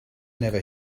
never